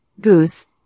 goose